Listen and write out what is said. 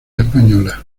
española